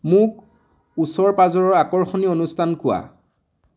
মোক ওচৰ পাঁজৰৰ আকৰ্ষণীয় অনুষ্ঠান কোৱা